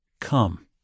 come